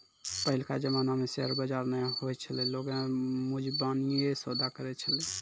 पहिलका जमाना मे शेयर बजार नै होय छलै लोगें मुजबानीये सौदा करै छलै